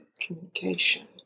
Communication